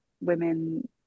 women